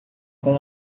com